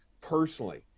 personally